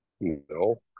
No